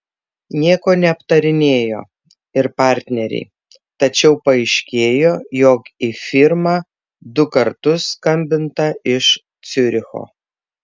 nieko neaptarinėjo ir partneriai tačiau paaiškėjo jog į firmą du kartus skambinta iš ciuricho